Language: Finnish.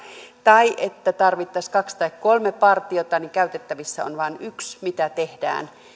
tai että kun tarvittaisiin kaksi tai kolme partiota niin käytettävissä on vain yksi mitä tehdään